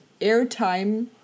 airtime